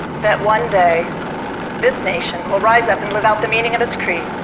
that one day this nation will rise up and live out the meaning of its creed.